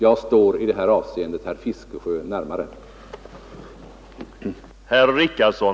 Jag står i det här avseendet herr Fiskesjö närmare än jag står herr Richardson.